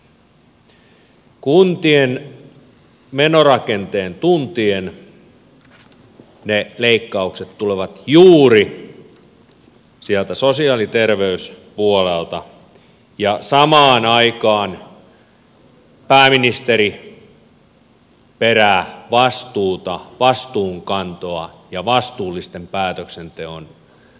kuntien menorakenteen tuntien ne leikkaukset tulevat juuri sieltä sosiaali ja terveyspuolelta ja samaan aikaan pääministeri perää vastuuta vastuunkantoa ja vastuullisen päätöksenteon tarvetta